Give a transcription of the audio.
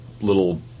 little